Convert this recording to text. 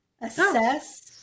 assess